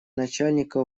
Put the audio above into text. начальника